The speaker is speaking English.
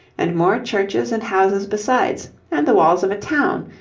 and more churches and houses besides, and the walls of a town,